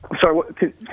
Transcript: Sorry